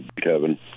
Kevin